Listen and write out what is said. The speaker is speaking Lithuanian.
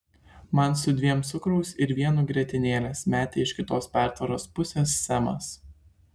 man su dviem cukraus ir vienu grietinėlės metė iš kitos pertvaros pusės semas